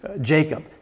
Jacob